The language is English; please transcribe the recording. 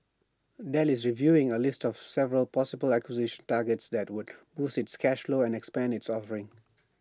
Dell is reviewing A list of several possible acquisition targets that would boost its cash flow and expand its offerings